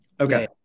Okay